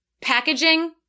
Packaging